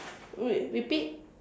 re~ repeat